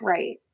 Right